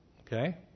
okay